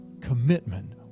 commitment